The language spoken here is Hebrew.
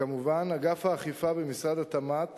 כמובן, אגף האכיפה במשרד התמ"ת